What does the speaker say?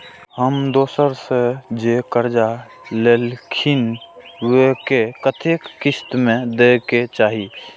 हम दोसरा से जे कर्जा लेलखिन वे के कतेक किस्त में दे के चाही?